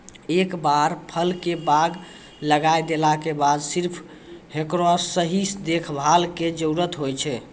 एक बार फल के बाग लगाय देला के बाद सिर्फ हेकरो सही देखभाल के जरूरत होय छै